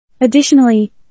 Additionally